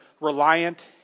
reliant